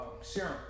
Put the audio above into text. serum